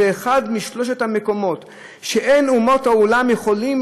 זה אחד משלושת המקומות שאין אומות העולם יכולים